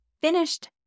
finished